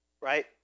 right